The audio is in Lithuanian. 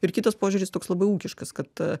ir kitas požiūris toks labai ūkiškas kad